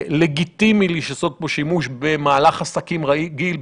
לגיטימי לעשות בו שימוש במהלך העסקים רגיל,